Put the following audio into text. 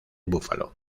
buffalo